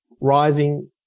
rising